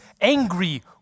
angry